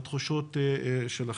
לתחושות שלכם.